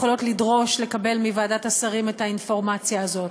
יכולות לדרוש לקבל מוועדת השרים את האינפורמציה הזאת.